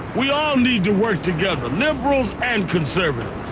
we all need to work together, liberals and conservatives.